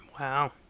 Wow